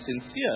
sincere